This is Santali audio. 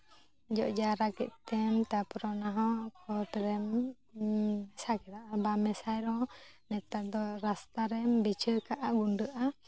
ᱡᱚᱜ ᱡᱟᱣᱨᱟ ᱠᱮᱫᱛᱮᱢ ᱛᱟᱯᱚᱨᱮ ᱚᱱᱟ ᱦᱚᱸ ᱠᱷᱚᱛ ᱨᱮᱢ ᱢᱮᱥᱟ ᱠᱮᱫᱟ ᱟᱨ ᱵᱟᱢ ᱢᱮᱥᱟᱭ ᱨᱮᱦᱚᱸ ᱱᱮᱛᱟᱨ ᱫᱚ ᱨᱟᱥᱛᱟ ᱨᱮᱢ ᱵᱤᱪᱷᱟᱹᱣ ᱠᱟᱜᱼᱟ ᱜᱩᱸᱰᱟᱹᱜᱼᱟ